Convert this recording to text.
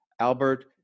Albert